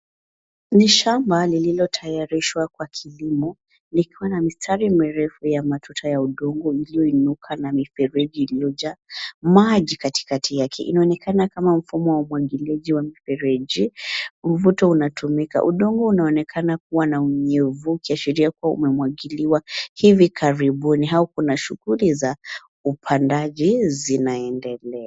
Ni shamba lililo tayarishwa kwa kilimo likiwa na mistari mirefu ya matuta ya udongo iliyoinuka na mifereji iliyojaa maji katikati yake. Inaonekana kama mfumo wa umwagiliaji wa mifereji, mvuto unatumika. Udongo unaonekana kuwa na unyevu ukiashiria kuwa umemwagiliwa hivi karibuni au kuna shughuli za upandaji zinaendelea.